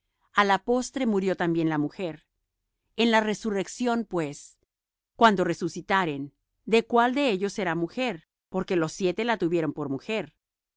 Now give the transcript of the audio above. á la postre murió también la mujer en la resurrección pues cuando resucitaren de cuál de ellos será mujer porque los siete la tuvieron por mujer